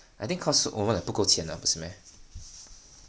I think cause 我们 like 不够钱不是 meh